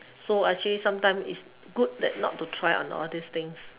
so actually sometime it's good that not to try on all these things